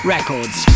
Records